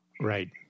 Right